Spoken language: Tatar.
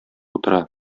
утыра